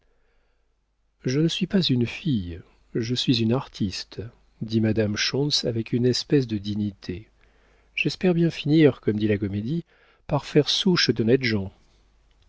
je ne suis pas une fille je suis une artiste dit madame schontz avec une espèce de dignité j'espère bien finir comme dit la comédie par faire souche d'honnêtes gens